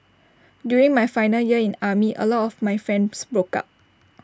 during my final year in army A lot of my friends broke up